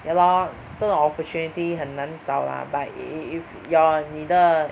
ya lor 这种 opportunity 很难找 lah but if your 你的